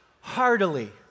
heartily